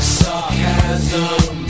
sarcasm